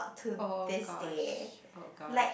oh gosh oh gosh